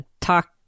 Talk